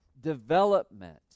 development